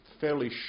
fairly